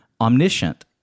omniscient